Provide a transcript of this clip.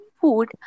food